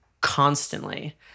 Constantly